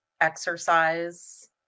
exercise